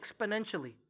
exponentially